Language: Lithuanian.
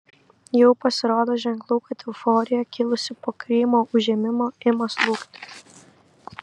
jau pasirodo ženklų kad euforija kilusi po krymo užėmimo ima slūgti